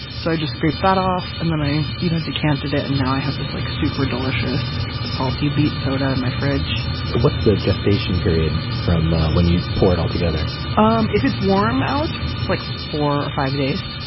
so i just scrape that off and then i you know decanted it and now i have this like super delicious, salty beet soda in my fridge what's the gestation period from when you pour it all together? um if it's warm out, it's like four or five days.